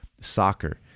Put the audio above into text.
soccer